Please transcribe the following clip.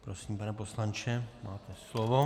Prosím, pane poslanče, máte slovo.